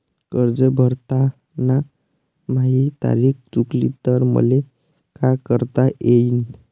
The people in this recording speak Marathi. कर्ज भरताना माही तारीख चुकली तर मले का करता येईन?